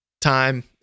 time